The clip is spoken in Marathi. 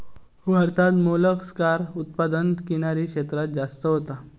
भारतात मोलस्कास उत्पादन किनारी क्षेत्रांत जास्ती होता